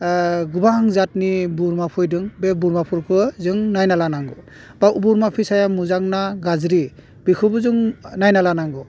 गोबां जादनि बोरमा फैदों बे बोरमाफोरखौ जों नायना लानांगौ बा बोरमा फिसाया मोजां ना गाज्रि बेखौबो जों नायना लानांगौ